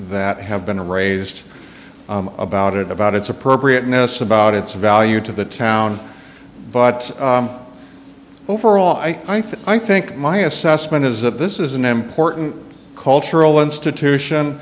that have been raised about it about its appropriateness about its value to the town but overall i think i think my assessment is that this is an important cultural institution